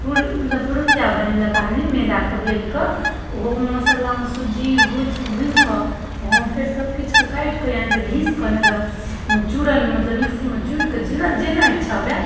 पुर मतलब पिरुकिआ बनेलक आदमी मैदाके बेलिकऽ ओहोमे मसालामे सुज्जी भुजि भुनिकऽ ओहोमे फेर सबकिछुके काटिकऽ या नहि तऽ घिसकऽ नहि तऽ चूड़न मतलब मिक्सीमे चुड़िकऽ जेना जेना इच्छा हुअए